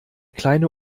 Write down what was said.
kleine